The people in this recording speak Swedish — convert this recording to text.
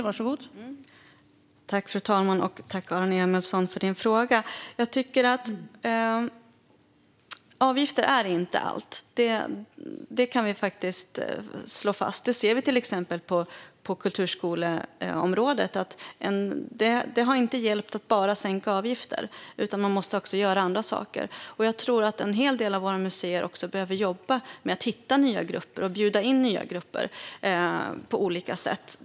Fru talman! Tack, Aron Emilsson, för din fråga! Jag tycker inte att avgifter är allt - det kan vi faktiskt slå fast. Det ser vi till exempel på kulturskoleområdet. Det har inte hjälpt att bara sänka avgifter, utan man måste också göra andra saker. Jag tror att en hel del av våra museer också behöver jobba med att hitta nya grupper och bjuda in nya grupper på olika sätt.